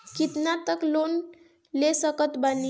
कितना तक लोन ले सकत बानी?